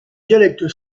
dialecte